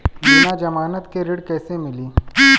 बिना जमानत के ऋण कैसे मिली?